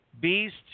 beast